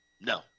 no